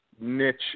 niche